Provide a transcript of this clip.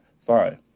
Fine